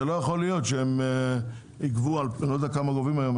זה לא יכול להיות שהם יגבו אני לא יודע כמה גובים היום,